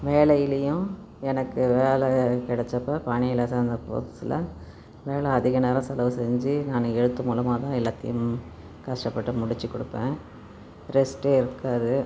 வேலைலேயும் எனக்கு வேலை கிடச்சப்ப பணியில் சேர்ந்த புதுசில் வேலை அதிக நேரம் செலவு செஞ்சு நான் எழுத்து மூலமாக தான் எல்லாத்தையும் கஷ்டப்பட்டு முடித்து கொடுப்பேன் ரெஸ்ட்டே இருக்காது